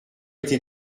été